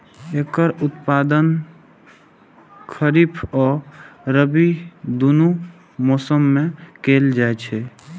एकर उत्पादन खरीफ आ रबी, दुनू मौसम मे कैल जाइ छै